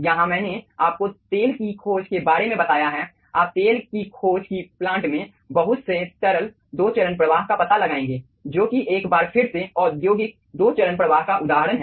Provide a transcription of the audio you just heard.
यहाँ मैंने आपको तेल की खोज के बारे में बताया है आप तेल की खोज की प्लांट में बहुत से तरल दो चरण प्रवाह का पता लगाएंगे जो कि एक बार फिर से औद्योगिक दो चरण प्रवाह का उदाहरण है